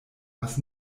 was